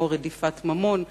כמו רדיפת ממון,